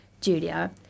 Julia